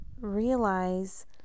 realize